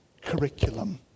curriculum